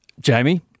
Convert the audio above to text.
Jamie